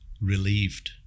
Relieved